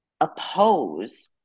oppose